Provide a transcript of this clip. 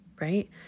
right